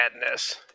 madness